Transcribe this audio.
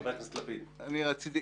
חבר הכנסת לפיד, בבקשה.